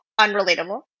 unrelatable